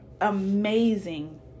amazing